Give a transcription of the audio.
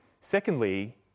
Secondly